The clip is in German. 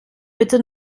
bitte